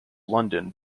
london